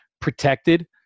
protected